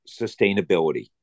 sustainability